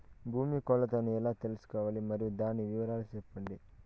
భూమి కొలతలను ఎలా తెల్సుకోవాలి? మరియు దాని వివరాలు సెప్పండి?